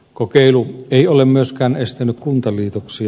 kokeilu ei ole myöskään estänyt kuntaliitoksia